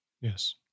Yes